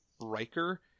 Riker